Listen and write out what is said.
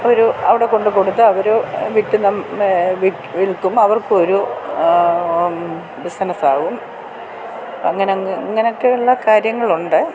ഒരു അവിടെ കൊണ്ടുക്കൊടുത്ത് അവർ വിൽക്കുന്നത് വിൽക്കും അവർക്കൊരു ബിസ്സിനസാകും അങ്ങനെയങ്ങ് ഇങ്ങനെയൊക്കെ ഉള്ള കാര്യങ്ങളുണ്ട്